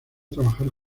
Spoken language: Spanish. trabajar